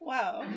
Wow